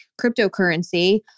cryptocurrency